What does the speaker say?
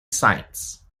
sites